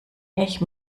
ich